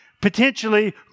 potentially